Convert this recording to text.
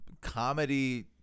comedy